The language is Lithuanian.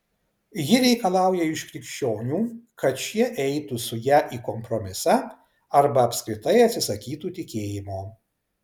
ji reikalauja iš krikščionių kad šie eitų su ja į kompromisą arba apskritai atsisakytų tikėjimo